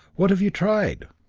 what have you tried?